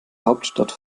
hauptstadt